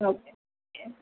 okay